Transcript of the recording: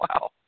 Wow